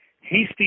hasty